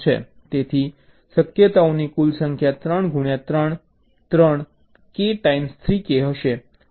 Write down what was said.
તેથી શક્યતાઓની કુલ સંખ્યા 3 ગુણ્યા 3 ગુણ્યા 3 k ટાઇમ્સ 3k હશે